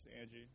Angie